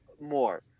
more